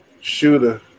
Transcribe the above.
Shooter